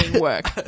work